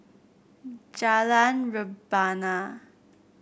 Jalan Rebana